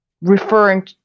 referring